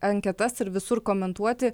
anketas ir visur komentuoti